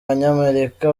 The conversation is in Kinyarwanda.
banyamerika